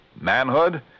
manhood